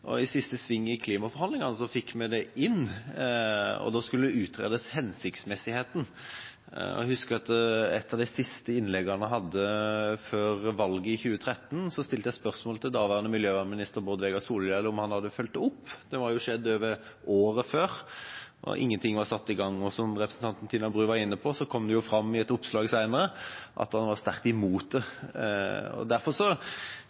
og i siste sving i klimaforhandlingene fikk vi det inn, og da skulle hensiktsmessigheten utredes. Jeg husker at i et av de siste innleggene jeg hadde før valget i 2013, stilte jeg spørsmål til daværende miljøvernminister Bård Vegar Solhjell om han hadde fulgt det opp. Det hadde jo skjedd året før, og ingenting var satt i gang. Som representanten Tina Bru var inne på, kom det fram i et oppslag senere at han var sterkt imot det. Derfor var det viktig for oss, sammen med Miljøpartiet De Grønne og